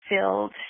filled